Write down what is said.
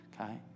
okay